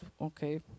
okay